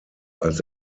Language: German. als